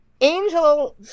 Angel